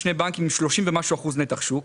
אלה שני בנקים עם 30 ומשהו אחוזים נתח שוק.